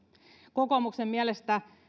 kokoomuksen mielestä